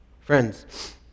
Friends